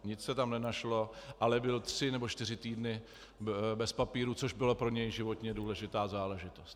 Nic se tam nenašlo, ale byl tři nebo čtyři týdny bez papírů, což byla pro něj životně důležitá záležitost.